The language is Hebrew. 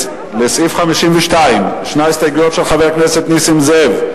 לסעיף 52 יש הסתייגות של חבר הכנסת נסים זאב.